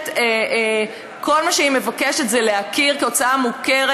כל מה שהיא מבקשת זה להכיר כהוצאה מוכרת